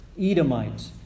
Edomite